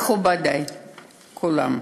מכובדי כולם,